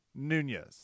Nunez